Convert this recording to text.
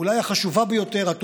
אולי החשובה ביותר בהן,